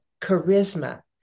charisma